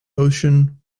ocean